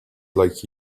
like